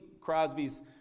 Crosby's